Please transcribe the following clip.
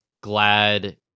glad